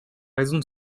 raisons